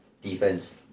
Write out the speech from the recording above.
defense